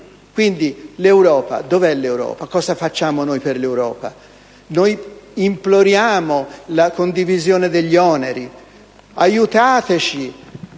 Quindi, l'Europa. Dov'è l'Europa? Cosa facciamo noi per l'Europa? Noi imploriamo la condivisione degli oneri chiedendo